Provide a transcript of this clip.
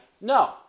No